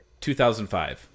2005